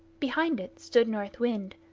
behind it stood north wind,